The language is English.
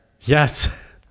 Yes